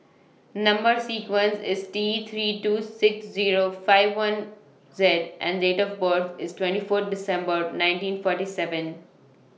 Number sequence IS T three two six Zero five four one Z and Date of birth IS twenty four December nineteen forty nine